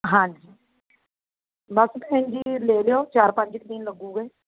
ਹਾਂਜੀ ਬਸ ਭੈਣ ਜੀ ਲੈ ਲਿਓ ਚਾਰ ਪੰਜ ਕੁ ਦਿਨ ਲੱਗੂਗੇ